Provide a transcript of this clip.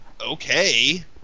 okay